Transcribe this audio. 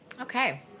Okay